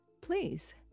please